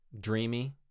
dreamy